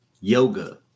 Yoga